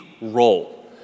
role